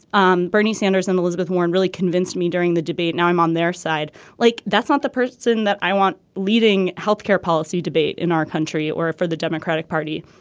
um bernie sanders and elizabeth warren really convinced me during the debate. now i'm on their side like that's not the person that i want leading health care policy debate in our country or for the democratic party.